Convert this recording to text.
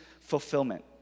fulfillment